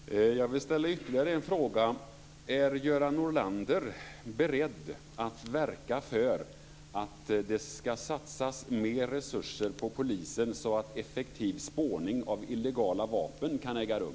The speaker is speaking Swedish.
Herr talman! Jag vill ställa ytterligare en fråga: Är Göran Norlander beredd att verka för att det ska satsas mer resurser på Polisen så att effektiv spårning av illegala vapen kan äga rum?